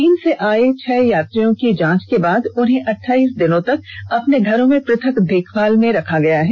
चीन से आए छह यात्रियों की जांच के बाद उन्हें अठाईस दिनों तक अपने घरों में पृथक देखभाल में रखा गया है